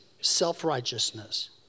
self-righteousness